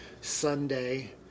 Sunday